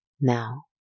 Now